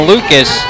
Lucas